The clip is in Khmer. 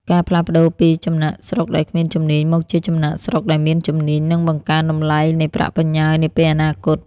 ការផ្លាស់ប្តូរពី "ចំណាកស្រុកដែលគ្មានជំនាញ" មកជា "ចំណាកស្រុកដែលមានជំនាញ" នឹងបង្កើនតម្លៃនៃប្រាក់បញ្ញើនាពេលអនាគត។